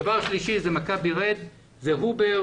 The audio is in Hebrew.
הדבר השלישי זה מכבי רד, זה הובר